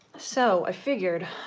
so i figured,